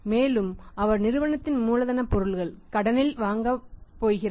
மேலும் அவர் நிறுவனத்தில் மூலதன பொருட்கள் கடனில் வாங்கப்போகிறார்